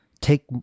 take